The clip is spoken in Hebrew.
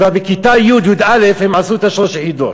כבר בכיתה י'-י"א הן נבחנו בשלוש יחידות.